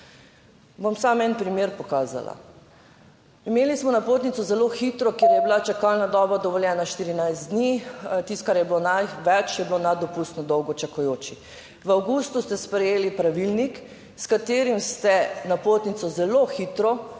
Bom samo en primer pokazala. Imeli smo napotnico zelo hitro, / znak za konec razprave/ kjer je bila čakalna doba dovoljena 14 dni, tisto, kar je bilo največ, je bilo nad dopustno dolgo čakajočih. V avgustu ste sprejeli pravilnik, s katerim ste napotnico zelo hitro